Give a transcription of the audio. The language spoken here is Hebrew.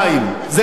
זה לא כמו הרב